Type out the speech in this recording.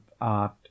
art